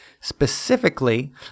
Specifically